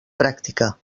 pràctica